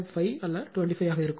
5 அல்ல 25 ஆக இருக்கும்